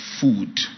food